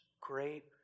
great